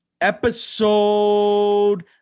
episode